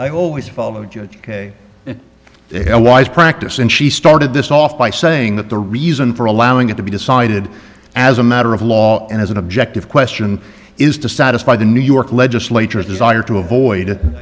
wise practice and she started this off by saying that the reason for allowing it to be decided as a matter of law and as an objective question is to satisfy the new york legislature desire to avoid